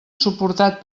suportat